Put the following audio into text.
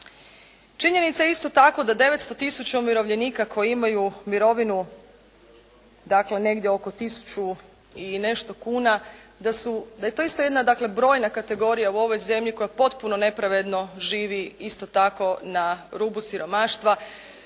Činjenica je isto tako da 900 tisuća umirovljenika koji imaju mirovinu dakle, negdje oko 1000 i nešto kuna da su, da je to isto jedna brojna kategorija u ovoj zemlji koja potpuno nepravedno živi isto tako na rubu siromaštva.